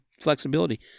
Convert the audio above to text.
flexibility